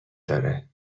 داره